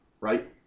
Right